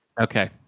Okay